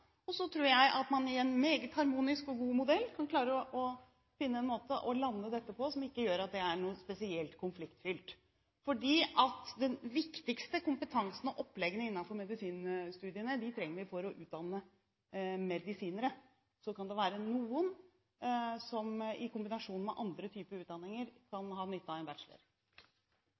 en måte som ikke er noe spesielt konfliktfylt, fordi den viktigste kompetansen og oppleggene innenfor medisinstudiene trenger vi for å utdanne medisinere. Så kan det være noen som i kombinasjon med andre typer utdanninger kan ha